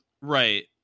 Right